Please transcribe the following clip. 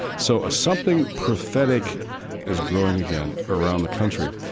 so ah something prophetic is growing again around the country.